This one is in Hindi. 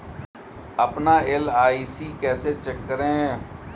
अपना एल.आई.सी कैसे चेक करें?